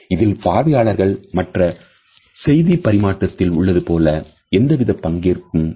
இதில் பார்வையாளர்கள் மற்ற செய்திப் பரிமாற்றத்தில் உள்ளது போல எந்தவிதமான பங்கேற்கும் ஏற்கவில்லை